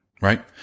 Right